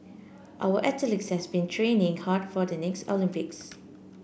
our athletes have been training hard for the next Olympics